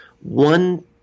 one